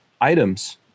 items